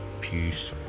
peace